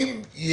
אדוני